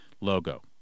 logo